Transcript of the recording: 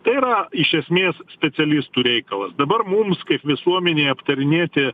tai yra iš esmės specialistų reikalas dabar mums kaip visuomenei aptarinėti